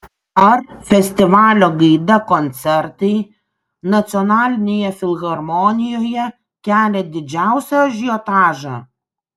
ar festivalio gaida koncertai nacionalinėje filharmonijoje kelia didžiausią ažiotažą